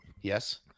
Yes